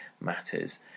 matters